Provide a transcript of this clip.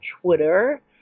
Twitter